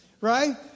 right